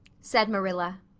said marilla.